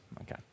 Okay